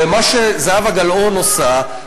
ומה שזהבה גלאון עושה,